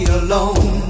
alone